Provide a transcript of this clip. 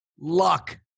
luck